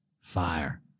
fire